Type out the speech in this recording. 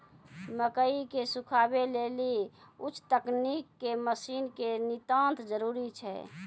मकई के सुखावे लेली उच्च तकनीक के मसीन के नितांत जरूरी छैय?